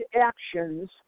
actions